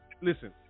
listen